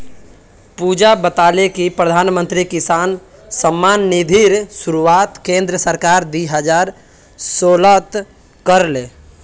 पुजा बताले कि प्रधानमंत्री किसान सम्मान निधिर शुरुआत केंद्र सरकार दी हजार सोलत कर ले